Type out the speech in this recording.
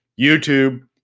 YouTube